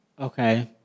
Okay